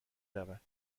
رود